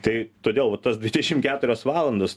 tai todėl va tos dvidešim keturios valandos